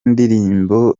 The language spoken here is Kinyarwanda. ndirimbo